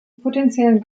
potentiellen